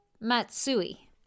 Matsui